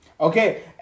Okay